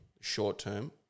short-term